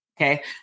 Okay